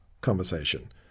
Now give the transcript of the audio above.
conversation